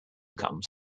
comes